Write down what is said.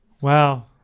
Wow